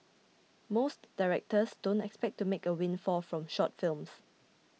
most directors don't expect to make a windfall from short films